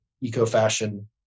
eco-fashion